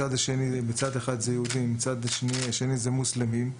בצד אחד יהודים ובצד השני מוסלמים,